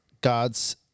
God's